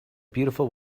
beautiful